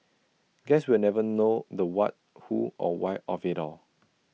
guess we'll never know the what who or why of IT all